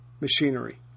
machinery